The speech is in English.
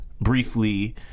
briefly